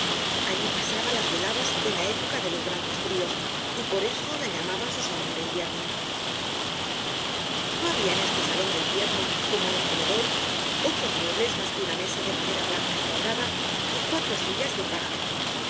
allí pasaba las veladas en la época de los grandes frios y por eso la llamaba su salon de invierno no habia en este salon de invierno como en el comedor otros muebles mas que una mesa de madera blanca cuadrada y cuatro sillas de paja